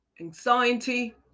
anxiety